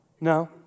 No